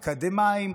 אקדמאים,